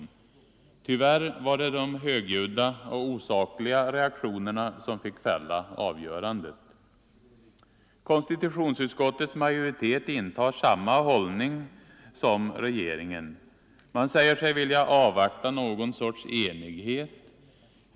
Tyvärr var det de högljudda och osakliga reaktionerna som fick fälla avgörandet. Konstitutionsutskottets majoritet intar samma hållning som regeringen. Man säger sig vilja avvakta någon sorts enighet.